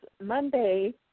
Monday